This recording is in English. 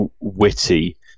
witty